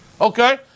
Okay